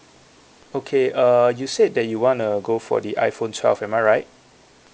okay uh you said that you wanna go for the iphone twelve am I right